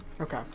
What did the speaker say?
Okay